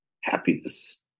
happiness